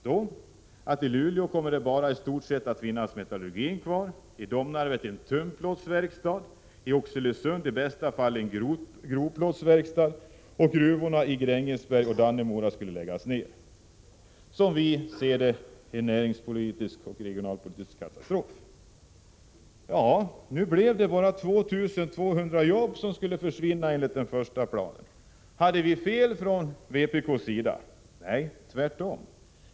Det innebär, anförde vi vidare, att i Luleå blir bara metallurgin kvar, i Domnarvet en tunnplåtsverkstad och i Oxelösund i bästa fall en grovplåtsverkstad samt att gruvorna i Grängesberg och Dannemora läggs ned. Det är, som vi ser det, en näringspolitisk och regionalpolitisk katastrof. Nu är det enligt den första handlingsplanen bara 2 200 jobb som skall försvinna. Hade vi inom vpk fel? Nej, tvärtom!